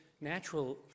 natural